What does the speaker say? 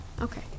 Okay